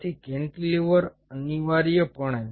તેથી કેન્ટીલીવર અનિવાર્યપણે